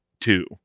two